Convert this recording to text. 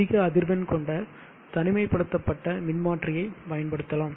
அதிக அதிர்வெண் கொண்ட தனிமைப்படுத்தப்பட்ட மின்மாற்றியைப் பயன்படுத்தலாம்